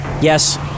Yes